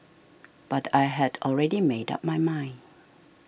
but I had already made up my mind